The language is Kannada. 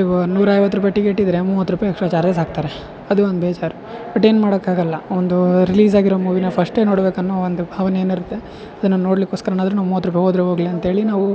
ಇವಾಗ ನೂರಾ ಐವತ್ತು ರೂಪಾಯಿ ಟಿಕೆಟ್ ಇದ್ರೆ ಮೂವತ್ತು ರೂಪಾಯಿ ಎಕ್ಸ್ಟ್ರಾ ಚಾರ್ಜಸ್ ಹಾಕ್ತಾರೆ ಅದೂ ಒಂದು ಬೇಜಾರ್ ಬಟ್ ಏನು ಮಾಡೋಕೆ ಆಗೋಲ್ಲ ಒಂದು ರಿಲೀಸ್ ಆಗಿರೋ ಮೂವಿನ ಫಷ್ಟೇ ನೋಡ್ಬೇಕು ಅನ್ನೋ ಒಂದು ಭಾವನೆ ಏನು ಇರುತ್ತೆ ಅದನ್ನು ನಾವು ನೋಡಲಿಕ್ಕೋಸ್ಕರ ಆದರೂ ನಾವು ಮೂವತ್ತು ರೂಪಾಯಿ ಹೋದ್ರೆ ಹೋಗ್ಲಿ ಅಂತೇಳಿ ನಾವು